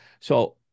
So-